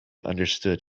understood